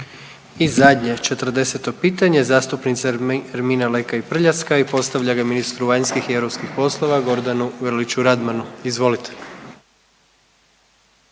I zadnje 40. pitanje zastupnica Ermina Lekaj Prljaskaj postavlja ga ministru vanjskih i europskih poslova Gordanu Grliću-Radmanu, izvolite.